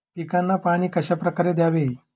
पिकांना पाणी कशाप्रकारे द्यावे?